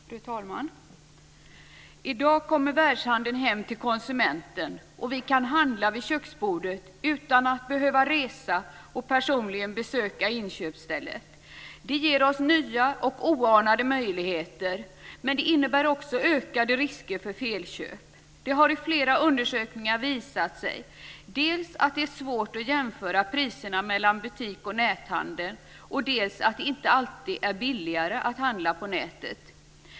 Fru talman! I dag kommer världshandeln hem till konsumenten, och vi kan handla vid köksbordet utan att behöva resa och personligen besöka inköpsstället. Det ger oss nya oanade möjligheter, men innebär också ökade risker för felköp. Det har i flera undersökningar visat sig dels att det är svårt att jämföra priserna mellan butik och näthandel, dels att det inte alltid är billigare att handla på nätet.